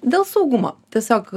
dėl saugumo tiesiog